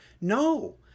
No